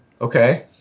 Okay